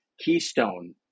keystone